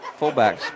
fullbacks